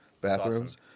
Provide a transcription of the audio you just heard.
bathrooms